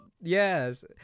yes